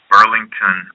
Burlington